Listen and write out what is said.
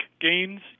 gains